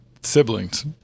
siblings